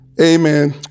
Amen